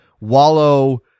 wallow